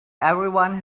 everyone